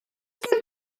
gen